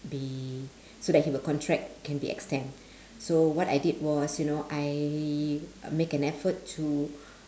be so that he will contract can be extend so what I did was you know I make an effort to